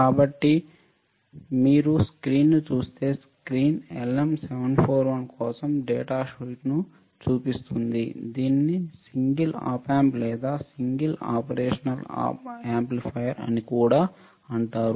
కాబట్టి మీరు స్క్రీన్ను చూస్తే స్క్రీన్ LM 741 కోసం డేటా షీట్ను చూపిస్తుంది దీనిని సింగిల్ op amp లేదా సింగిల్ ఆపరేషనల్ యాంప్లిఫైయర్ అని కూడా అంటారు